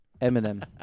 Eminem